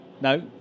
No